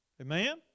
Amen